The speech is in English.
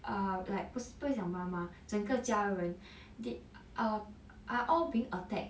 err like 不不是讲妈妈整个家人 they err are all being attacked